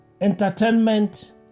entertainment